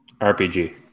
RPG